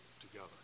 together